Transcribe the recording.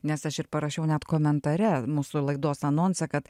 nes aš ir parašiau net komentare mūsų laidos anonsą kad